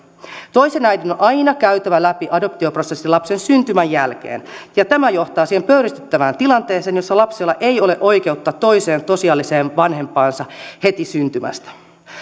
toisen äidin on on aina käytävä läpi adoptioprosessi lapsen syntymän jälkeen ja tämä johtaa siihen pöyristyttävään tilanteeseen jossa lapsella ei ole oikeutta toiseen tosiasialliseen vanhempaansa heti syntymästä